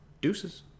Deuces